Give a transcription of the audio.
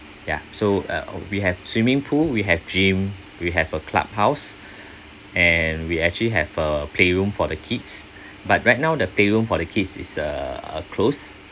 ya so uh we have swimming pool we have gym we have a clubhouse and we actually have a playroom for the kids but right now the playroom for the kids is uh closed